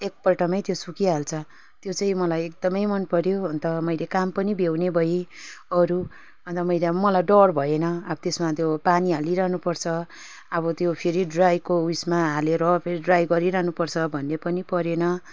एकपल्टमै त्यो सुकिहाल्छ त्यो चाहिँ मलाई एकदमै मन पर्यो अन्त मैले काम पनि भ्याउने भएँ अरू अन्त मैले अब मलाई डर भएन अब त्यसमा त्यो पानी हालिरहनु पर्छ अब त्यो फेरि ड्राइको उयसमा हालेर फेरि ड्राई गरिरहनु पर्छ भन्ने पनि परेन